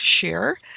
share